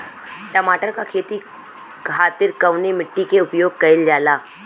टमाटर क खेती खातिर कवने मिट्टी के उपयोग कइलजाला?